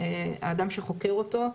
האדם שחוקר אותו.